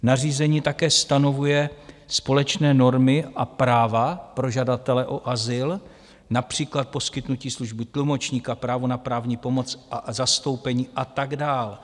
Nařízení také stanovuje společné normy a práva pro žadatele o azyl, například poskytnutí služby tlumočníka, právo na právní pomoc a zastoupení a tak dál.